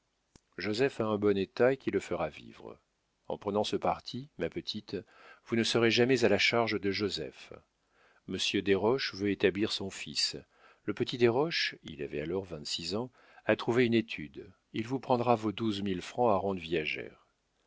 joseph a un bon état qui le fera vivre en prenant ce parti ma petite vous ne serez jamais à la charge de joseph monsieur desroches veut établir son fils le petit desroches il avait alors vingt-six ans a trouvé une étude il vous prendra vos douze mille francs à